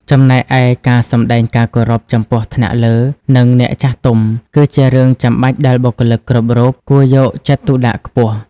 ចំណែកឯការសម្ដែងការគោរពចំពោះថ្នាក់លើ និងអ្នកចាស់ទុំ គឺជារឿងចាំបាច់ដែលបុគ្គលិកគ្រប់រូបគួរយកចិត្តទុកដាក់ខ្ពស់។